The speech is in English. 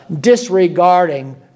disregarding